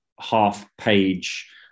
half-page